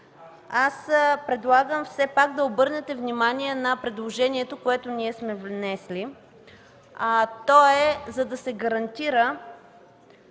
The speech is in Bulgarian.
аз предлагам да обърнете внимание на предложението, което ние сме внесли. То е, за да се гарантира,